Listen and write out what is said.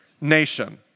nation